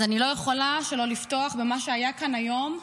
אז אני לא יכולה שלא לפתוח במה שהיה כאן היום,